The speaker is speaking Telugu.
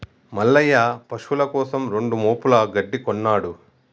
మల్లయ్య పశువుల కోసం రెండు మోపుల గడ్డి కొన్నడు